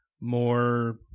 more